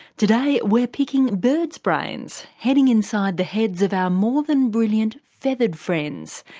today we're picking birds' brains, heading inside the heads of our more than brilliant feathered friends.